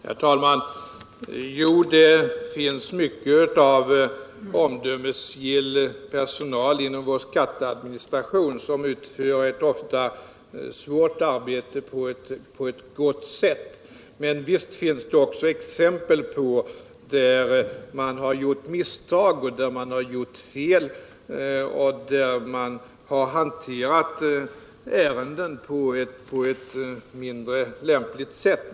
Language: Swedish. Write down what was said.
Herr talman! Det finns mycken omdömesgill personal inom vår skuttcadministration som utför ett svårt arbete på ett gott sätt. Men visst finns det också exempel på misstag och sådana fall där man gjort fel och hanterat ärenden på ett mindre lämpligt sätt.